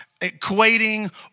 equating